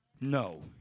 no